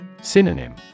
Synonym